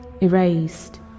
Erased